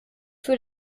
für